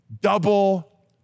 double